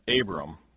Abram